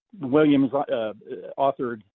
Williams-authored